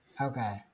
Okay